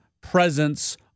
presence